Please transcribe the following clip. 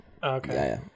Okay